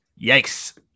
Yikes